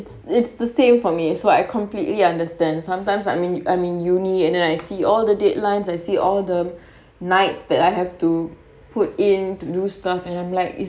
it's the same for me so I completely understand sometimes I'm in I'm in uni and then I see all the deadlines I see all the nights that I have to put in to do stuff and I'm like